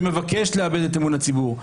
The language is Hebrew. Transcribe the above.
שמבקש לאבד את אמון הציבור.